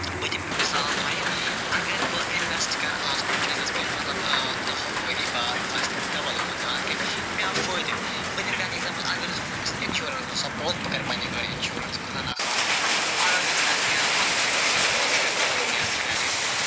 بہٕ دِمہٕ مِثال تۄہہِ اگر بہٕ اِنوٮ۪سٹ کَرٕ آز کُنہِ چیٖزس پٮ۪ٹھ مطلب دَہ ؤری بعد آسہِ تَمیُک ڈبٕل گوٚمُت تاکہِ مےٚ آو فٲیدٕ بہٕ دِمہِ بیٛاکھ اٮ۪کزاپٕل اگر أسۍ کُنہِ چھِ اِنشورَنٕس سَپوز بہٕ کرٕ پنٛنہِ گاڑِ اِنشورنٕس خدانخواستہٕ پگاہ گَژھِ تتھ کیٚنٛہہ مطلب اٮ۪کسیڈنٛٹ مسلہٕ گَژھِ بٔرٕن یا سٕکرٛیچ گژھِ